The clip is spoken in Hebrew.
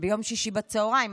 ביום שישי בצוהריים,